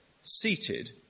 seated